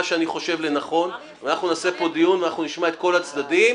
שאני חושב לנכון ואנחנו נעשה פה דיון ואנחנו נשמע את כל הצדדים,